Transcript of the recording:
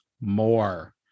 more